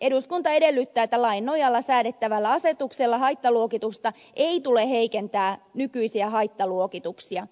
eduskunta edellyttää että lain nojalla säädet tävällä asetuksella haittaluokituksesta ei tule heikentää nykyisiä haittaluokituksia